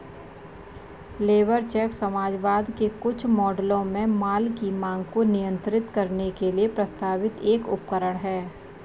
labour cheque समाजवाद के कुछ मॉडलों में माल की मांग को नियंत्रित करने के लिए प्रस्तावित एक उपकरण है